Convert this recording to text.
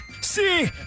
See